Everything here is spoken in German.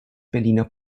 berliner